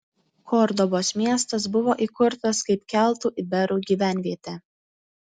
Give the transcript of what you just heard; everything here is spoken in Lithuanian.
kordobos miestas buvo įkurtas kaip keltų iberų gyvenvietė